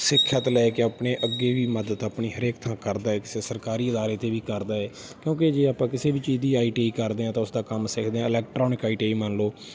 ਸਿੱਖਿਆ ਤੋਂ ਲੈ ਕੇ ਆਪਣੇ ਅੱਗੇ ਵੀ ਮਦਦ ਆਪਣੀ ਹਰੇਕ ਥਾਂ ਕਰਦਾ ਕਿਸੇ ਸਰਕਾਰੀ ਅਦਾਰੇ 'ਤੇ ਵੀ ਕਰਦਾ ਹੈ ਕਿਉਂਕਿ ਜੇ ਆਪਾਂ ਕਿਸੇ ਵੀ ਚੀਜ਼ ਦੀ ਆਈ ਟੀ ਆਈ ਕਰਦੇ ਹਾਂ ਤਾਂ ਉਸਦਾ ਕੰਮ ਸਿੱਖਦੇ ਹਾਂ ਇਲੈਕਟਰੋਨਿਕ ਆਈ ਟੀ ਆਈ ਮੰਨ ਲਓ